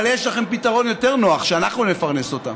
אבל יש לכם פתרון יותר נוח: שאנחנו נפרנס אותם,